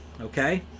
okay